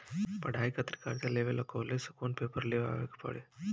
पढ़ाई खातिर कर्जा लेवे ला कॉलेज से कौन पेपर ले आवे के पड़ी?